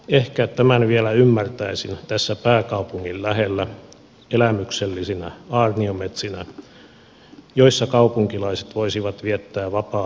ehkä tämän vielä ymmärtäisin tässä pääkaupungin lähellä elämyksellisinä aarniometsinä joissa kaupunkilaiset voisivat viettää vapaa aikaansa